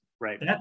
Right